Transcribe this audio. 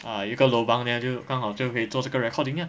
ah 有一个 lobang then 就刚好就可以做这个 recording lah